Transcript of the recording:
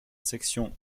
section